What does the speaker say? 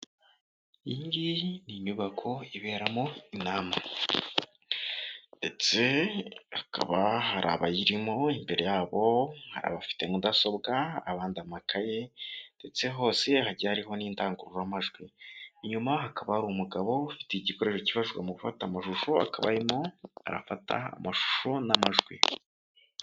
Iyi ngiyi ni nyubako iberamo inama ndetse hakaba hari abayirimo imbere yabo hari abafite mudasobwa abandi amakaye ndetse hose hagiye hariho n'indangururamajwi, inyuma hakaba hari umugabo ufite igikoresho kifashishwa mu gufata amashusho, akaba arimo arafata amashusho n'amajwi.